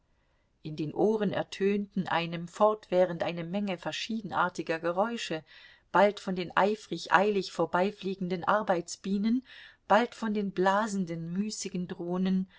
in den ohren ertönten einem fortwährend eine menge verschiedenartiger geräusche bald von den eifrigen eilig vorbeifliegenden arbeitsbienen bald von den blasenden müßigen drohnen